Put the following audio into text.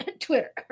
Twitter